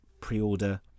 pre-order